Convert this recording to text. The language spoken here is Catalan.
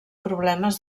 problemes